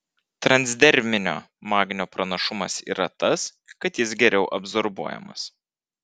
transderminio magnio pranašumas yra tas kad jis geriau absorbuojamas